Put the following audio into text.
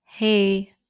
Hey